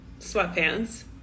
sweatpants